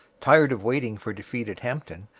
tired of waiting for defeated hampton,